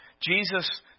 Jesus